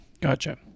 Gotcha